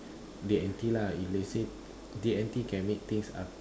D and T lah if let's say D and T can make things uh